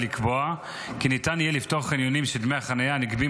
ולקבוע כי ניתן יהיה לפטור חניונים שדמי החניה הנגבים